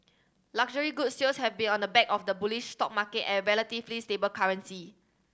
luxury goods sales have been on the back of the bullish stock market and relatively stable currency